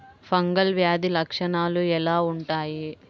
Fungal వ్యాధి లక్షనాలు ఎలా వుంటాయి?